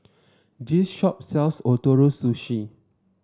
this shop sells Ootoro Sushi